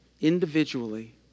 individually